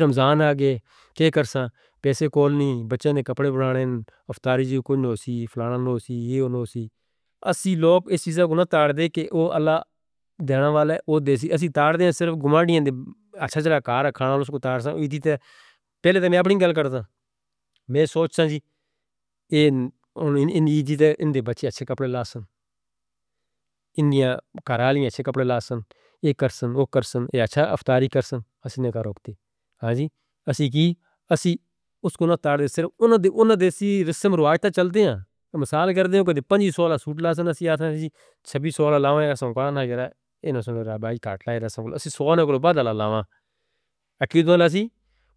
رمضان آگئے، کیا کرسا؟ پیسے کول نہیں، بچوں نے کپڑے بنانا ہیں، افتاری جی کوئی نہ سی، فلانا نہ سی، یہ نہ سی۔ اسی لوگ ایسی جگہوں نہ تار دے کہ وہ اللہ دینے والا ہے، وہ دے سی۔ اسی تار دے ہیں صرف گھمڑیاں دے، اچھا چلا کار رکھانا، اس کو تار سان، ایدھی تے پہلے تے میں اپنی گل کردا، میں سوچتاں جی، ان ایجھی تے ان دے بچے اچھے کپڑے لائیں سان، ان دیاں کار آلیاں اچھے کپڑے لائیں سان، یہ کرسن، وہ کرسن، اچھا افتاری کرسن، ہم نے کہا روکتی، ہاں جی، اسی کی؟ اسی اس کو نہ تار دے، صرف ان دے سی رسم روایات چل دے ہیں، مثال کردے ہیں، کہتے ہیں پچیس سولہ سوٹ لائیں سان، ہم نے کہا چھبیس سولہ لائیں سان، ہم نے کہا نہیں، انہوں نے کہا بابا جی کٹ لائیں، ہم نے کہا سوٹ لائیں، عقیدت اللہ سی،